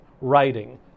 writing